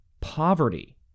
poverty